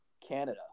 Canada